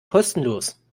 kostenlos